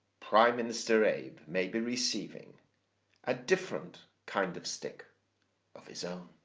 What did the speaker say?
prime minister abe may be receiving a different kind of stick of his own.